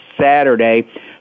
Saturday